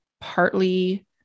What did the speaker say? partly